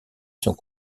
sont